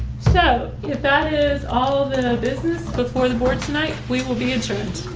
so if that is all the business before the board tonight, we will be adjourned.